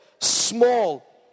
small